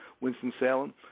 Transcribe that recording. Winston-Salem